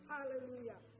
Hallelujah